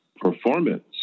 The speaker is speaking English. performance